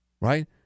Right